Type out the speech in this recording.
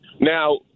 Now